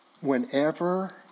whenever